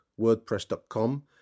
wordpress.com